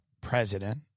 president